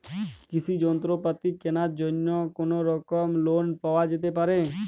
কৃষিযন্ত্রপাতি কেনার জন্য কোনোরকম লোন পাওয়া যেতে পারে?